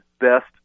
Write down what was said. best